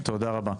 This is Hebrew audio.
תודה רבה.